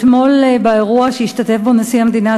אתמול באירוע שהשתתף בו נשיא המדינה,